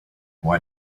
why